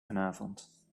vanavond